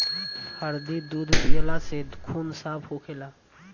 हरदी दूध पियला से खून साफ़ होखेला